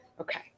okay